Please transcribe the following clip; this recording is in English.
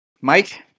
Mike